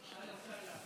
אהלן וסהלן.